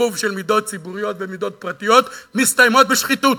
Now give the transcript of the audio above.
עירוב של מידות ציבוריות במידות פרטיות מסתיים בשחיתות,